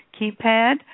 keypad